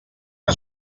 que